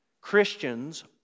Christians